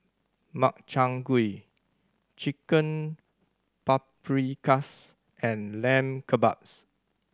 Makchang Gui Chicken Paprikas and Lamb Kebabs